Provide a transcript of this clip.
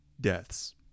deaths